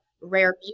Rare